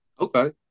okay